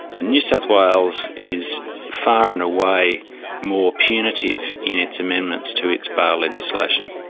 ah new south wales is far and away more punitive in its amendments to its bail legislation.